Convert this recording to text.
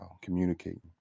communicating